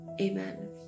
amen